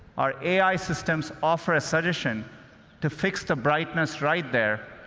our ai systems offer a suggestion to fix the brightness right there,